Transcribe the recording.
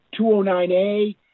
209A